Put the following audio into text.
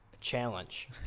Challenge